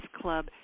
club